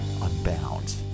unbound